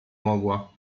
mogła